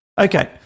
Okay